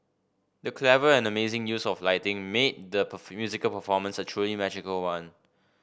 the clever and amazing use of lighting made the musical performance a truly magical one